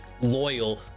loyal